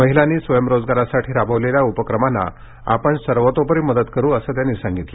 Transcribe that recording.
महिलांनी स्वयंरोजगारासाठी राबविलेल्या उपक्रमांना आपण सर्वतोपरी मदत करु असं त्यांनी सांगितलं